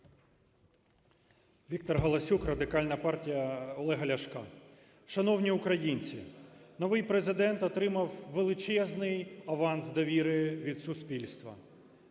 Віктор Галасюк, Радикальна партія Олега Ляшка. Шановні українці, новий Президент отримав величезний аванс довіри від суспільства.